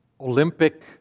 Olympic